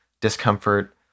discomfort